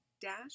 dash